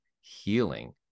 healing